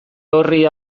horri